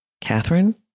Catherine